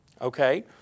Okay